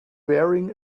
wearing